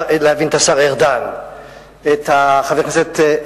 אני יכול להבין את השר ארדן, את חבר הכנסת,